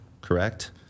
correct